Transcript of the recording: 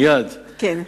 מייד,